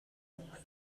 and